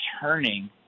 turning